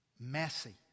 messy